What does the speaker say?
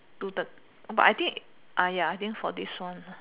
do the but I think uh ya I think for this one